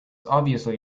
obviously